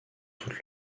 toute